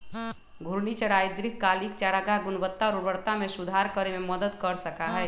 घूर्णी चराई दीर्घकालिक चारागाह गुणवत्ता और उर्वरता में सुधार करे में मदद कर सका हई